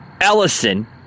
Ellison